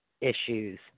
issues